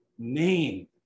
name